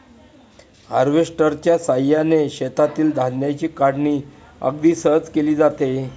हार्वेस्टरच्या साहाय्याने शेतातील धान्याची काढणी अगदी सहज केली जाते